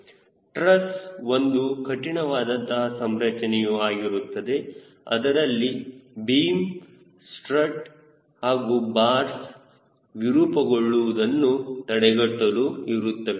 ಟ್ರಸ್ಒಂದು ಕಠಿಣ ವಾದಂತಹ ಸಂರಚನೆಯು ಆಗಿರುತ್ತದೆ ಅದರಲ್ಲಿ ಭೀಮ್ ಸ್ಟ್ರಾಟ್ ಹಾಗೂ ಬಾರ್ ವಿರೂಪಗೊಳ್ಳುವುದನ್ನು ತಡೆಗಟ್ಟಲು ಇರುತ್ತದೆ